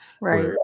Right